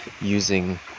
using